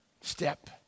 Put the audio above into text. step